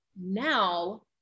now